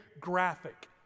graphic